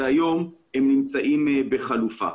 והיום הם נמצאים בחלופה.